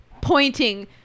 pointing